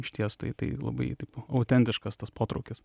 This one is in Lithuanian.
išties tai tai labai taip autentiškas tas potraukis